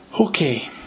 Okay